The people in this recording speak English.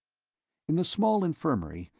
in the small infirmary,